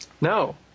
No